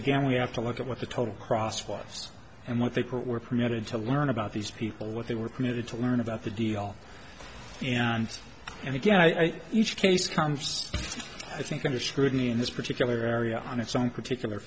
again we have to look at what the total crosswise and what they were permitted to learn about these people what they were committed to learn about the deal and and again i think each case comes i think under scrutiny in this particular area on its own particular